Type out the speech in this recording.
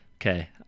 Okay